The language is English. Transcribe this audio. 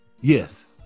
Yes